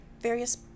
various